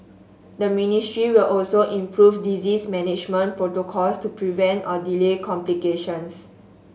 the ministry will also improve disease management protocols to prevent or delay complications